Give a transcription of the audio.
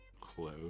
close